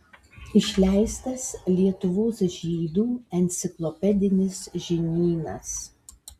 išleistas lietuvos žydų enciklopedinis žinynas